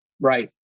right